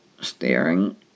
steering